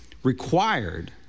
required